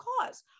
cause